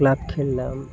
club খেললাম